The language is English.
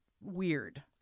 weird